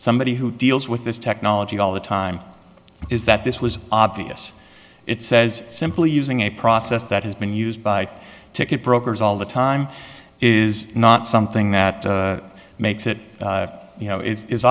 somebody who deals with this technology all the time is that this was obvious it says simply using a process that has been used by ticket brokers all the time is not something that makes it you know i